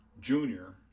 junior